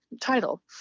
title